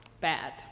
bad